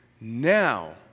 Now